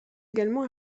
également